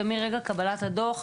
מרגע קבלת הדו"ח,